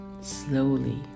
Slowly